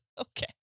Okay